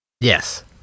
Yes